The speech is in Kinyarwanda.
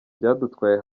byadutwaye